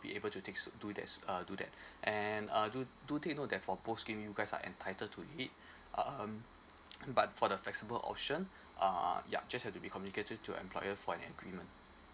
be able to take so do that so err do that and uh do do take note that for both scheme you guys are entitled to it um but for the flexible option uh yup just have to be communicated to employer for an agreement